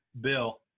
Bill